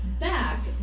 back